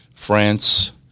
France